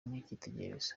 nk’icyitegererezo